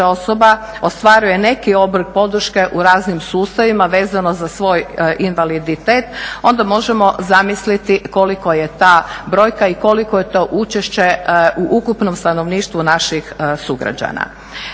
osoba ostvaruje neki oblik podrške u raznim sustavima vezano za svoj invaliditet onda možemo zamisliti toliko je ta brojka i koliko je to učešće u ukupnom stanovništvu naših sugrađana.